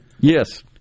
Yes